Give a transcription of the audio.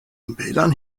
belan